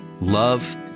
Love